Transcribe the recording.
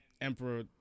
Emperor